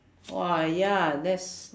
!wah! ya that's